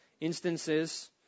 instances